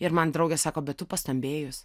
ir man draugė sako bet tu pastambėjus